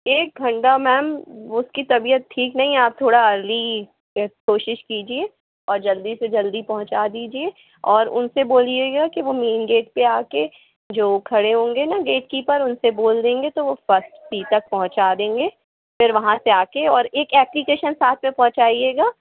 एक घंटा मैम उसकी तबीयत ठीक नहीं है आप थोड़ा अर्ली कोशिश कीजिए और जल्दी से जल्दी पहुंचा दीजिए और उनसे बोलिएगा वो मेन गेट पर आके जो खड़े होंगे ना गेट कीपर उनसे बोल देंगे तो वो फर्ष्ट सी तक पहुंचा देंगे फिर वहाँ से आके और एक एप्लीकेशन साथ में पहुंचाइएगा